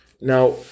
Now